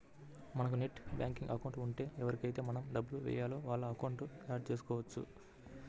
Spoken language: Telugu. మనకు నెట్ బ్యాంకింగ్ అకౌంట్ ఉంటే ఎవరికైతే మనం డబ్బులు వేయాలో వాళ్ళ అకౌంట్లను యాడ్ చేసుకోవచ్చు